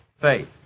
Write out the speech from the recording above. faith